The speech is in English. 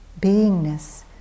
beingness